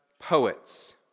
poets